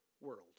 world